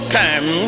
time